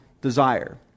desire